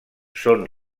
són